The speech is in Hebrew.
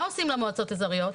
מה עושים במועצות איזוריות,